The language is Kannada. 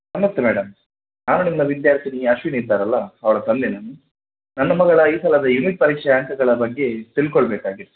ನಮಸ್ತೆ ಮೇಡಮ್ ನಾನು ನಿಮ್ಮ ವಿದ್ಯಾರ್ಥಿನಿ ಅಶ್ವಿನಿ ಇದ್ದಾರಲ್ಲ ಅವಳ ತಂದೆ ನಾನು ನನ್ನ ಮಗಳ ಈ ಸಲದ ಯೂನಿಟ್ ಪರೀಕ್ಷೆ ಅಂಕಗಳ ಬಗ್ಗೆ ತಿಳ್ಕೊಳ್ಬೇಕಾಗಿತ್ತು